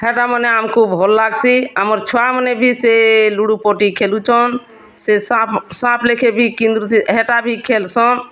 ହେଟାମାନେ ଆମ୍କୁ ଭଲ୍ ଲାଗ୍ସି ଆମର୍ ଛୁଆମାନେ ଭି ସେ ଲୁଡ଼ୁପଟି ଖେଲୁଛନ୍ ସେ ସାଁପ୍ ସାଁପ୍ ଲେଖେ ଭି କିନ୍ଦ୍ରୁଥି ହେଟା ବି ଖେଲ୍ସନ୍